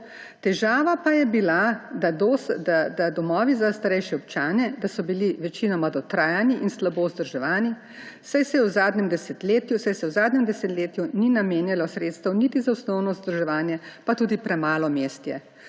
Težava pa je bila, da so domovi za starejše občane večinoma dotrajani in slabo vzdrževani, saj se v zadnjem desetletju ni namenjalo sredstev niti za osnovno vzdrževanje in pa tudi premalo mest je.